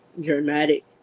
dramatic